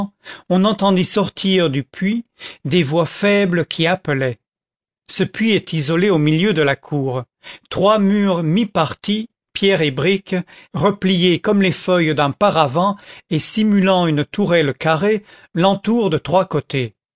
on entendit sortir du puits des voix faibles qui appelaient ce puits est isolé au milieu de la cour trois murs mi-partis pierre et brique repliés comme les feuilles d'un paravent et simulant une tourelle carrée l'entourent de trois côtés